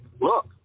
look